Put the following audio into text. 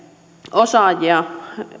osaajia